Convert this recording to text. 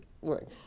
work